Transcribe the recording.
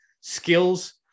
skills